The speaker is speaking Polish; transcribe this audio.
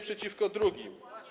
przeciwko drugim.